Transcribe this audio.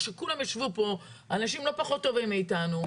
כשכולם ישבו פה אנשים לא פחות טובים מאתנו.